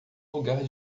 lugar